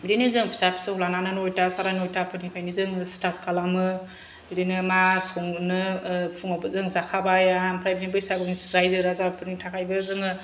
बिदिनो जों फिसा फिसौ लानानै नयथा सारे नयथा फोरनिफ्रायनो जोङो स्टार्थ खालामो बिदिनो मा संनो ओह फुङावबो जों जाखाबाय आमफ्राय बिदिनो बैसागुनि रायजो राजाफोरनि थाखायबो जोङो